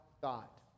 thought